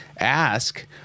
Ask